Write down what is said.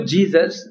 Jesus